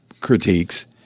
critiques